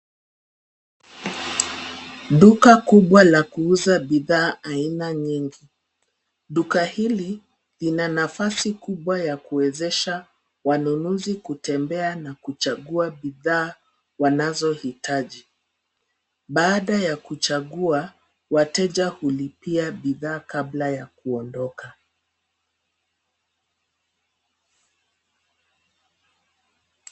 Duka kubwa la kuuza bidhaa aina nyingi. Duka hili lina nafasi kubwa ya kuwezesha wanunuzi kutembea na kuchagua bidhaa wanazohitaji. Baada ya kuchagua, wateja hulipia bidhaa kabla ya kuondoka.